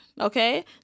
Okay